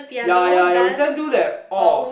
ya ya ya we send to that orh